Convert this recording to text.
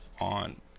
on